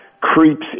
creeps